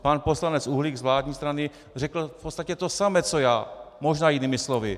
Pan poslanec Uhlík z vládní strany řekl v podstatě to samé co já, možná jinými slovy.